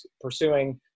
pursuing